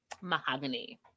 Mahogany